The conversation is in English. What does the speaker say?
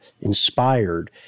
inspired